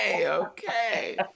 Okay